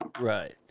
Right